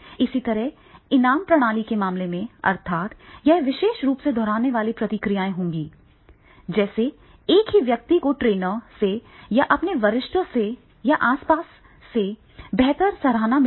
इसी तरह इनाम प्रणाली के मामले में अर्थात् यह विशेष रूप से दोहराने वाली प्रतिक्रियाएं होंगी जैसे ही एक व्यक्ति को ट्रेनर से या अपने वरिष्ठों से या आसपास से बेहतर सराहना मिलेगी